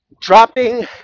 dropping